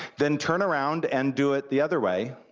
then turn around and do it the other way,